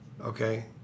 Okay